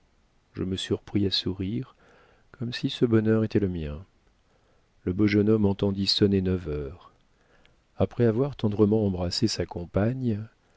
je me surpris à sourire comme si ce bonheur était le mien le beau jeune homme entendit sonner neuf heures après avoir tendrement embrassé sa compagne